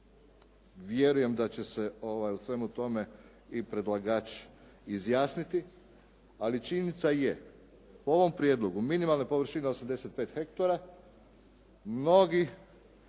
Vjerujem da će se o svemu tome i predlagač izjasniti. Ali činjenica je po ovom prijedlogu minimalne površine 85 ha mnoge